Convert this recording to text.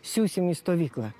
siųsim į stovyklą